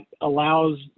allows